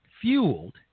fueled